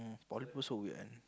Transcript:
poly people so weird one